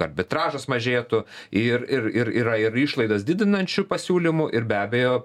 arbitražas mažėtų ir ir ir yra ir išlaidas didinančių pasiūlymų ir be abejo